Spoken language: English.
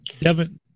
Devin